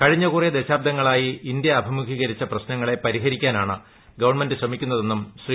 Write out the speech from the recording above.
കഴിഞ്ഞ കുറേ ദശാബ്ദങ്ങളായി ഇന്ത്യ അഭിമുഖീകരിച്ച പ്രശ്നങ്ങളെ പരിഹരിക്കാനാണ് ഗവൺമെന്റ് ശ്രമിക്കുന്നതെന്നും ശ്രീ